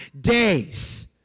days